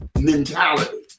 mentality